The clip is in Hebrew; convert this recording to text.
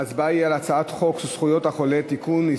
ההצבעה היא על הצעת חוק זכויות החולה (תיקון,